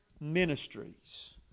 Ministries